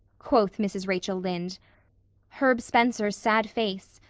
quoth mrs. rachel lynde herb spencer's sad face,